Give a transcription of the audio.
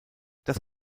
das